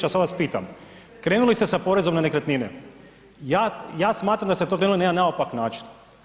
A sada vas pitam, krenuli ste sa porezom na nekretnine, ja smatram da se to krenulo na jedan naopak način.